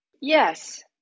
yes